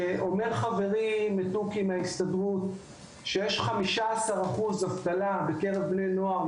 אומר חברי מתוקי מההסתדרות שיש 15% אבטלה בקרב בני נוער.